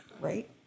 right